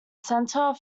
centre